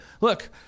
look